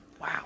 Wow